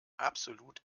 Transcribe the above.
absolut